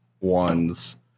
One's